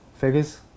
figures